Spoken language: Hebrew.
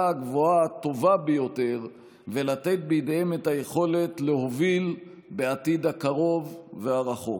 הגבוהה הטובה ביותר ולתת בידיהם את היכולת להוביל בעתיד הקרוב והרחוק.